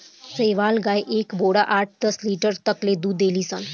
साहीवाल गाय एक बेरा आठ दस लीटर तक ले दूध देली सन